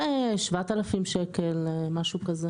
7,000 שקלים בערך.